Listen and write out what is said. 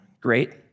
great